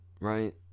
Right